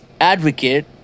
advocate